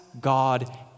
God